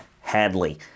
Hadley